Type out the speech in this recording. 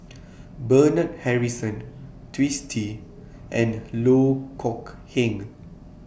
Bernard Harrison Twisstii and Loh Kok Heng